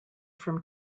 from